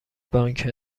بانک